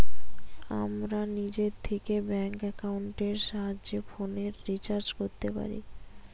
আমরা নিজে থিকে ব্যাঙ্ক একাউন্টের সাহায্যে ফোনের রিচার্জ কোরতে পারি